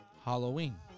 Halloween